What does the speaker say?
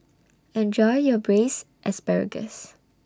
Enjoy your Braised Asparagus